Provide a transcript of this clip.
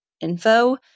info